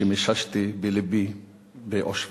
שמיששתי בלבי באושוויץ.